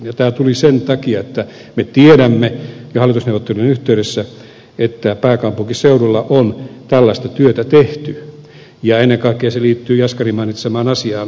tämä tuli sen takia että me tiedämme jo hallitusneuvottelujen yhteydessä tiesimme että pääkaupunkiseudulla on tällaista työtä tehty ja ennen kaikkea se liittyy jaskarin mainitsemaan asiaan